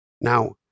now